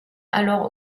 alors